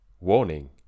Warning